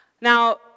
Now